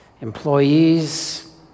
employees